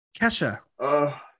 Kesha